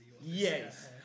yes